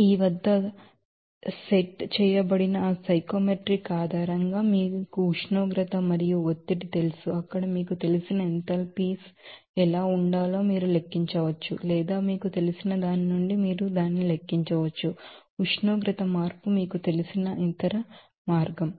పొందవచ్చు ఈ వద్ద సెట్ చేయబడిన ఆ సైకోమెట్రిక్ ఆధారంగా మీకు ఉష్ణోగ్రత మరియు ఒత్తిడి తెలుసు అక్కడ మీకు తెలిసిన ఎంథాల్పీస్ ఎలా ఉండాలో మీరు లెక్కించవచ్చు లేదా మీకు తెలిసిన దాని నుండి మీరు దానిని లెక్కించవచ్చు ఉష్ణోగ్రత మార్పు మీకు తెలిసిన ఇతర మార్గం